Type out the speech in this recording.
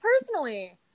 personally